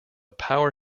power